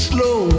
Slow